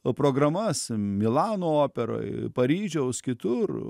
o programas milano operoj paryžiaus kitur